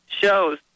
shows